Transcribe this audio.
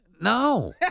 No